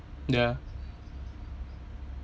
ya